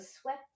swept